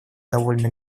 довольно